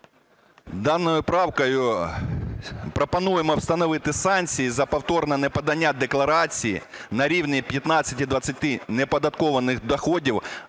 Даною правкою пропонуємо встановити санкції за повторне неподання декларації на рівні 15-20 неоподаткованих доходів.